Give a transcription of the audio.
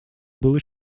было